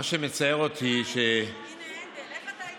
מה שמצער אותי, אני